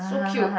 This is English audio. so cute